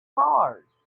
mars